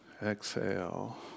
Exhale